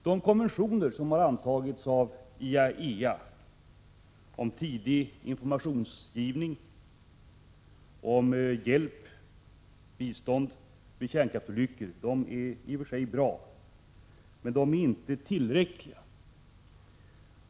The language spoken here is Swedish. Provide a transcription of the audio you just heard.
De konventioner som har antagits av IAEA om tidig informationsgivning och om bistånd vid kärnkraftsolyckor är i och för sig bra, men de är inte tillräckliga.